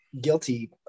guilty